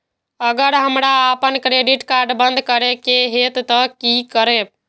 अगर हमरा आपन क्रेडिट कार्ड बंद करै के हेतै त की करबै?